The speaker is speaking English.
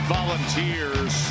Volunteers